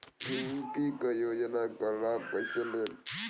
UP क योजना क लाभ कइसे लेब?